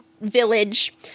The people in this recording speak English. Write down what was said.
village